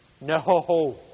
No